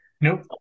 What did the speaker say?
Nope